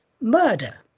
murder